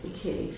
Okay